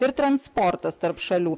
ir transportas tarp šalių